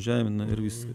žemina ir viską